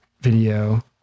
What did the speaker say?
video